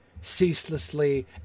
ceaselessly